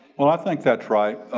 well, i think that's right.